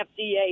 FDA